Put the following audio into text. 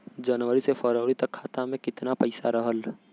जनवरी से फरवरी तक खाता में कितना पईसा रहल?